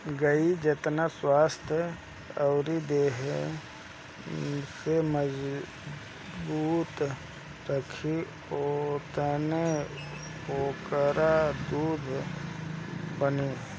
गाई जेतना स्वस्थ्य अउरी देहि से मजबूत रही ओतने ओकरा दूध बनी